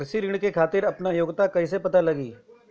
कृषि ऋण के खातिर आपन योग्यता कईसे पता लगी?